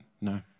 No